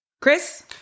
Chris